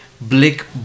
Blick